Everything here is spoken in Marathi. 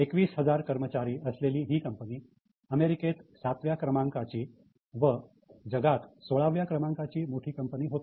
21000 कर्मचारी असलेली ही कंपनी अमेरिकेत सातव्या क्रमांकाची व जगात 16 व्या क्रमांकाची मोठी कंपनी होती